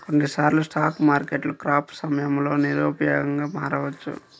కొన్నిసార్లు స్టాక్ మార్కెట్లు క్రాష్ సమయంలో నిరుపయోగంగా మారవచ్చు